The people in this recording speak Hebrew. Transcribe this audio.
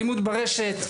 אלימות ברשת,